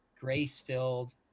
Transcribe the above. grace-filled